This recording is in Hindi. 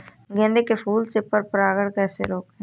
गेंदे के फूल से पर परागण कैसे रोकें?